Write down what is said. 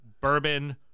bourbon